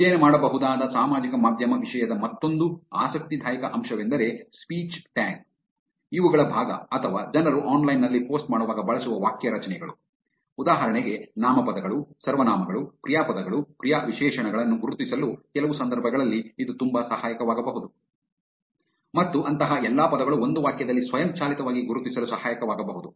ಅಧ್ಯಯನ ಮಾಡಬಹುದಾದ ಸಾಮಾಜಿಕ ಮಾಧ್ಯಮ ವಿಷಯದ ಮತ್ತೊಂದು ಆಸಕ್ತಿದಾಯಕ ಅಂಶವೆಂದರೆ ಸ್ಪೀಚ್ ಟ್ಯಾಗ್ ಗಳ ಭಾಗ ಅಥವಾ ಜನರು ಆನ್ಲೈನ್ ನಲ್ಲಿ ಪೋಸ್ಟ್ ಮಾಡುವಾಗ ಬಳಸುವ ವಾಕ್ಯ ರಚನೆಗಳು ಉದಾಹರಣೆಗೆ ನಾಮಪದಗಳು ಸರ್ವನಾಮಗಳು ಕ್ರಿಯಾಪದಗಳು ಕ್ರಿಯಾವಿಶೇಷಣಗಳನ್ನು ಗುರುತಿಸಲು ಕೆಲವು ಸಂದರ್ಭಗಳಲ್ಲಿ ಇದು ತುಂಬಾ ಸಹಾಯಕವಾಗಬಹುದು ಮತ್ತು ಅಂತಹ ಎಲ್ಲಾ ಪದಗಳು ಒಂದು ವಾಕ್ಯದಲ್ಲಿ ಸ್ವಯಂಚಾಲಿತವಾಗಿ ಗುರುತಿಸಲು ಸಹಾಯಕವಾಗಬಹುದು